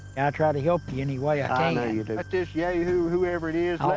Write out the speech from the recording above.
i try to help you any way ah ah know you do, but this yay-hoo, whoever it is,